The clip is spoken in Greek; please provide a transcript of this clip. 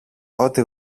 ότι